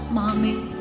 mommy